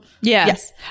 Yes